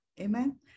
Amen